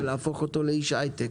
ולהפוך אותו לאיש הייטק.